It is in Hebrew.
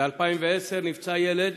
ב-2010 נפצע ילד,